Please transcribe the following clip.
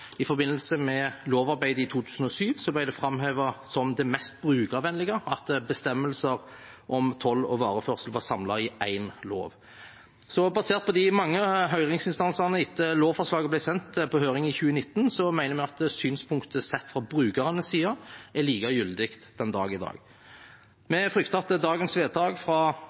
bestemmelser om toll og vareførsel var samlet i én lov. Basert på de mange høringsuttalelsene etter at lovforslaget ble sendt på høring i 2019, mener vi at synspunktet sett fra brukernes side er like gyldig den dag i dag. Vi frykter at dagens vedtak fra